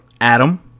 Adam